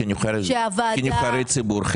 כנבחרי ציבור,